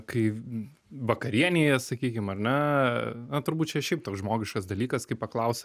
kai vakarienėje sakykim ar ne na turbūt čia šiaip toks žmogiškas dalykas kai paklausia